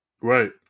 right